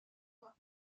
rome